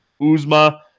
Uzma